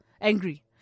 angry